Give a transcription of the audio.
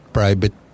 private